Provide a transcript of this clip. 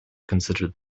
considered